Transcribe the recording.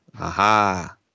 Aha